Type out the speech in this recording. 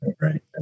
Right